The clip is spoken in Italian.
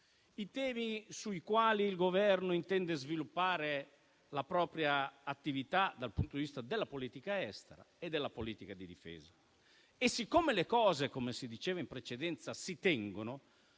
i temi sui quali il Governo intende sviluppare la propria attività dal punto di vista della politica estera e della politica di difesa. E siccome le cose si tengono - come si diceva in precedenza - vorrei